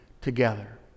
together